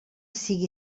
sigui